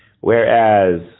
whereas